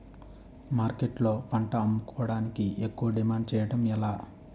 మార్కెట్లో పంట అమ్ముకోడానికి ఎక్కువ డిమాండ్ చేయడం ఎలా?